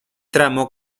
tramo